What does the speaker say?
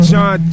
John